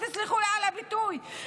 ותסלחו לי על הביטוי,